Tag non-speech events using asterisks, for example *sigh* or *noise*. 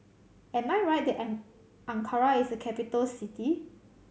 am I right that *unintelligible* Ankara is capital city